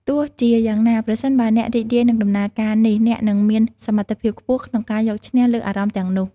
ទោះជាយ៉ាងណា ប្រសិនបើអ្នករីករាយនឹងដំណើរការនេះ អ្នកនឹងមានសមត្ថភាពខ្ពស់ក្នុងការយកឈ្នះលើអារម្មណ៍ទាំងនោះ។